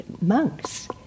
monks